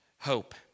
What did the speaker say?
hope